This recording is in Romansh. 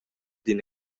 d’in